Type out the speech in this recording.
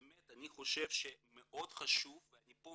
אני באמת חושב שמאוד חשוב ואני כאן